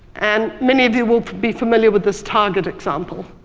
and many of you will be familiar with this target example.